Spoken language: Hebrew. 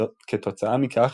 כתוצאה מכך,